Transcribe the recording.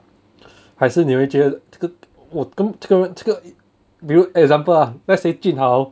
还是你会觉得这个 !wah! 跟这个人这个比如 example ah let's say jun hao